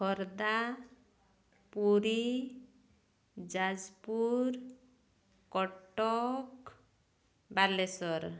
Khordha Puri Jajpur Cuttack Balasore